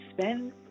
spend